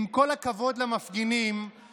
עם כל הכבוד למפגינים,